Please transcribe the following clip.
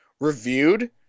reviewed